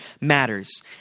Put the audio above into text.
matters